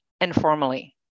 informally